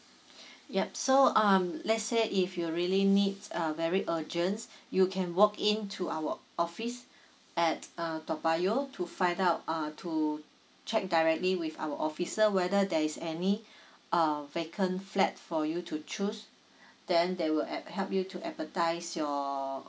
yup so um let's say if you really need uh very urgent you can walk in to our office at uh toa payoh to find out uh to check directly with our officer whether there is any uh vacant flat for you to choose then they would ap~ help you to advertise your